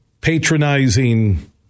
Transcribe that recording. patronizing